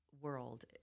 world